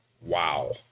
wow